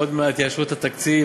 עוד מעט יאשרו את התקציב,